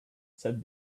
said